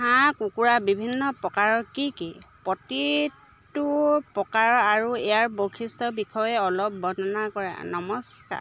হাঁহ কুকুৰা বিভিন্ন প্ৰকাৰৰ কি কি প্ৰতিটো প্ৰকাৰৰ আৰু ইয়াৰ বৈশিষ্ট্যৰ বিষয়ে অলপ বৰ্ণনা কৰা নমস্কাৰ